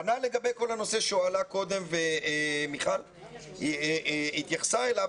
כנ"ל לגבי כל הנושא שהועלה קודם ומיכל התייחסה אליו,